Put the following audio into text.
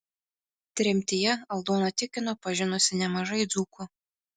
tremtyje aldona tikino pažinusi nemažai dzūkų